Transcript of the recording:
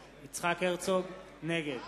הרצוג, נגד